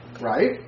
Right